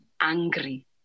angry